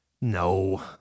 No